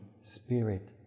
spirit